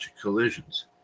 collisions